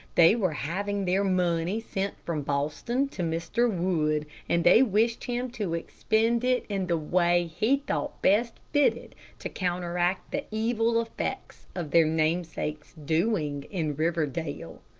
they were having their money sent from boston to mr. wood, and they wished him to expend it in the way he thought best fitted to counteract the evil effects of their namesake's doings in riverdale.